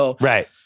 Right